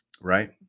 right